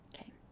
okay